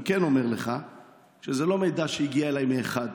אני כן אומר לך שזה לא מידע שהגיע מאחד.